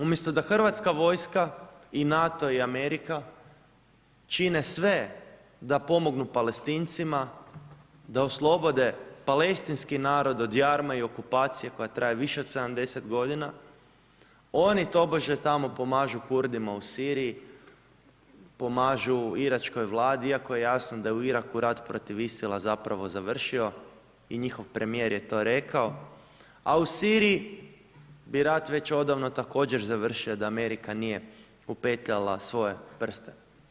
Umjesto da HV i NATO i Amerika čine sve da pomognu Palestincima, da oslobode Palestinski narod od jarma i okupacije koja traje više od 70 godina, oni tobože tamo pomažu Kurdima u Siriji, pomažu iračkoj vladi iako je jasno da je u Iraku rat protiv ISIL-a zapravo završio i njihov premijer je to rekao, a u Siriji bi rat već odavno također završio da Amerika nije upetljala svoje prste.